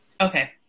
Okay